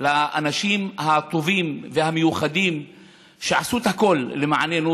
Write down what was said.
לאנשים הטובים והמיוחדים שעשו הכול למעננו,